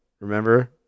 Remember